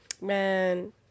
man